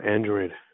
Android